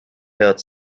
head